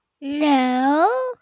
No